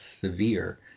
severe